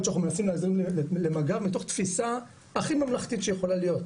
שאנחנו מנסים להזרים למג"ב מתוך תפיסה הכי ממלכתית שיכולה להיות,